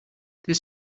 this